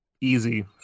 easy